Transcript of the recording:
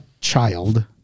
child